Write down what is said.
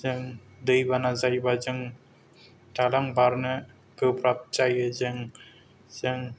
जों दैबाना जायोबा जों दालां बारनो गोब्राब जायो जों जों